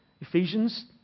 Ephesians